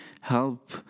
help